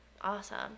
Awesome